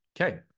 Okay